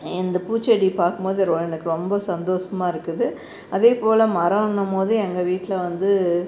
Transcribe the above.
இந்த பூ செடி பார்க்கும் போது ரொ எனக்கு ரொம்ப சந்தோசமாக இருக்குது அதே போல் மரம்னும் போது எங்கள் வீட்டில் வந்து